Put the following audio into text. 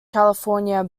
california